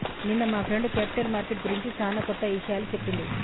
నిన్న మా friend capital market గురించి చానా కొత్త ఇషయాలు చెప్పిండు